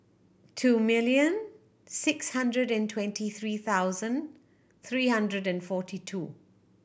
two million six hundred and twenty three thousand three hundred and forty two